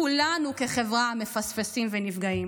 כולנו כחברה מפספסים ונפגעים.